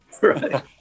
Right